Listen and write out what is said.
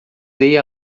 dei